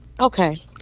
Okay